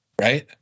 right